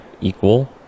equal